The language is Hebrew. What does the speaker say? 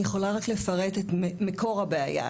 אני יכולה רק לפרט את מקור הבעיה,